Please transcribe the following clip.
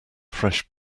fresh